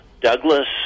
Douglas